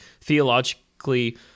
theologically